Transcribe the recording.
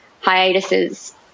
hiatuses